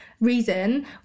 reason